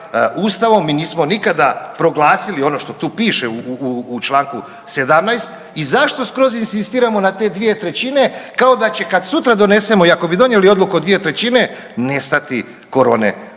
mi nismo nikada proglasili ono što tu piše u Članku 17. i zašto skroz inzistiramo na te 2/3 kao da će kad sutra donesemo i ako bi donijeli odluku o 2/3 nestati korone